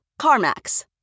CarMax